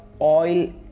oil